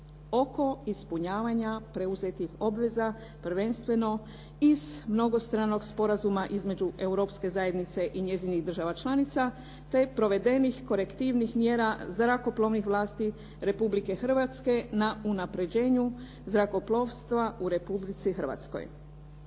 oko ispunjavanja preuzetih obveza prvenstveno iz mnogostranog sporazuma između Europske zajednice i njezinih država članica te provedenih korektivnih mjera zrakoplovnih vlasti Republike Hrvatske na unapređenju zrakoplovstva u Republici Hrvatskoj.